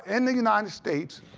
in the united states,